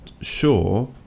sure